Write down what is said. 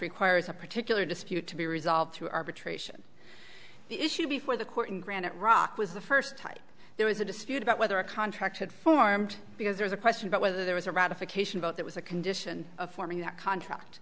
requires a particular dispute to be resolved through arbitration the issue before the court in granite rock was the first time there was a dispute about whether a contract had formed because there's a question about whether there was a ratification vote that was a condition of forming that contract